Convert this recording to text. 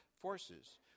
forces